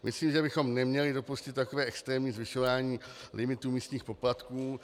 Myslím, že bychom neměli dopustit takové extrémní zvyšování limitů místních poplatků.